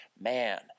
man